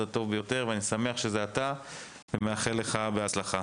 הטוב ביותר ואני שמח שזה אתה ומאחל לך בהצלחה.